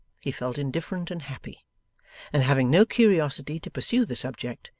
he felt indifferent and happy and having no curiosity to pursue the subject,